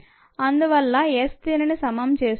అందువల్ల s దీనిని సమం చేస్తుంది